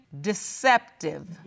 deceptive